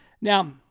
Now